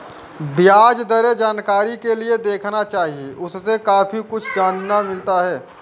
ब्याज दरें जानकारी के लिए देखना चाहिए, उससे काफी कुछ जानने मिलता है